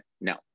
No